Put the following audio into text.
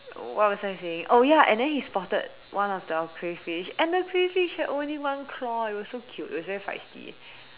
what was I saying oh ya and then he spotted one of our crayfish and the crayfish had only one claw it was so cute it was very feisty